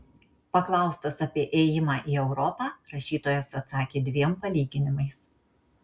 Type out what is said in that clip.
paklaustas apie ėjimą į europą rašytojas atsakė dviem palyginimais